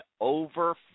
over